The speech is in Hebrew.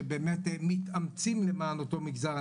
שבאמת מתאמצים למען אותו מגזר.